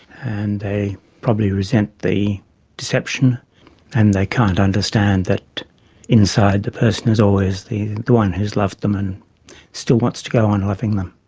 and they probably resent the deception and they can't understand that inside the person's always the the one who's loved them and still wants to go on loving them.